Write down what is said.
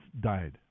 died